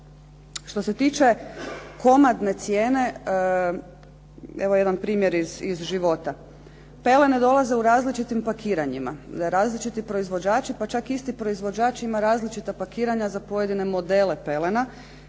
Što se tiče komadne cijene evo jedan primjer iz života. Pelene dolaze u različitim pakiranjima, različiti proizvođači pa čak i isti proizvođač ima različita pakiranja za pojedine modele pelena.